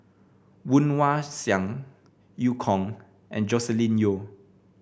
Woon Wah Siang Eu Kong and Joscelin Yeo